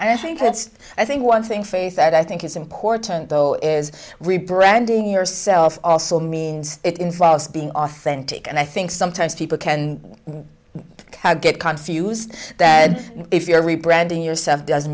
i think that's i think one thing face that i think is important though is rebranding yourself also means it involves being authentic and i think sometimes people can get const used that if you're rebranding yourself doesn't